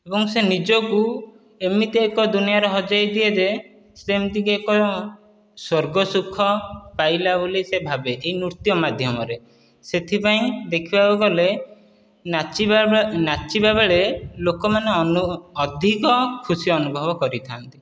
ଏବଂ ସେ ନିଜକୁ ଏମିତି ଏକ ଦୁନିଆରେ ହଜାଇ ଦିଏ ଯେ ସେମିତି ସେ ଏକ ସ୍ୱର୍ଗ ସୁଖ ପାଇଲା ବୋଲି ସେ ଭାବେ ନୃତ୍ୟ ମଧ୍ୟମାରେ ସେଥିପାଇଁ ଦେଖିବାକୁ ଗଲେ ନାଚିବା ନାଚିବା ବେଳେ ଲୋକମାନେ ଅଧିକ ଖୁସି ଅନୁଭବ କରିଥାନ୍ତି